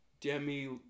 Demi